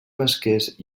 pesquers